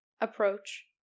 approach